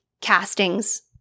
castings